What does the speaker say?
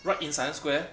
right in siam square